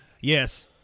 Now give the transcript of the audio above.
Yes